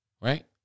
Right